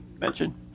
mention